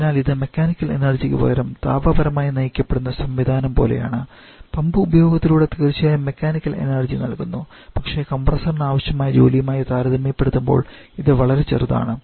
അതിനാൽ ഇത് മെക്കാനിക്കൽ എനർജിക്ക് പകരം താപ പരമായി നയിക്കപ്പെടുന്ന സംവിധാനം പോലെയാണ് പമ്പ് ഉപയോഗത്തിലൂടെ തീർച്ചയായും മെക്കാനിക്കൽ എനർജി നൽകുന്നു പക്ഷേ കംപ്രസ്സറിന് ആവശ്യമായ ജോലിയുമായി താരതമ്യപ്പെടുത്തുമ്പോൾ ഇത് വളരെ ചെറുതാണ്